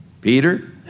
Peter